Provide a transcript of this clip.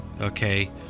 okay